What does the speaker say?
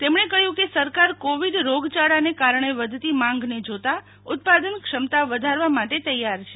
તેમણે કહ્યું કે સરકાર કોવિડ રોગયાળાને કારણે વધતી માંગને જોતા ઉત્પાદન ક્ષમતા વધારવા માટે તૈયાર છે